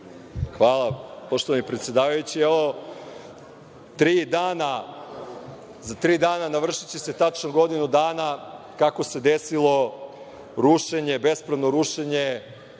Hvala, predsedavajući.Za tri dana navršiće se tačno godinu dana kako se desilo bespravno rušenje